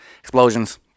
Explosions